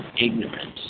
ignorance